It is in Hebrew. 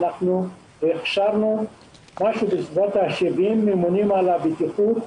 הכשרנו בסביבות 70 ממונים על הבטיחות,